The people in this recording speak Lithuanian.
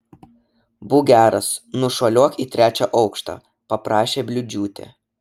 būk geras nušuoliuok į trečią aukštą paprašė bliūdžiūtė